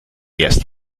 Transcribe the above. erst